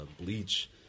Bleach